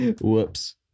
Whoops